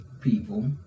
People